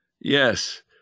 Yes